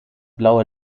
blaue